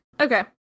okay